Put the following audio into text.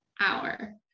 hour